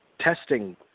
testing